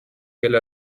kel